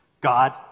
God